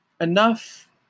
enough